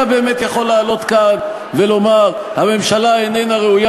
אתה באמת יכול לעלות כאן ולומר: הממשלה איננה ראויה